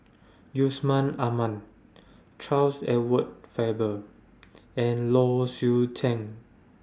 Yusman Aman Charles Edward Faber and Low Swee Chen